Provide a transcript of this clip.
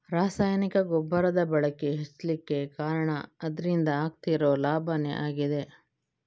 ರಾಸಾಯನಿಕ ಗೊಬ್ಬರದ ಬಳಕೆ ಹೆಚ್ಲಿಕ್ಕೆ ಕಾರಣ ಅದ್ರಿಂದ ಆಗ್ತಿರೋ ಲಾಭಾನೇ ಆಗಿದೆ